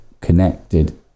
connected